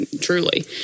truly